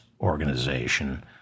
organization